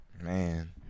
Man